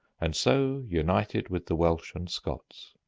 and so united with the welsh and scots.